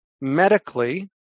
medically